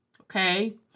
okay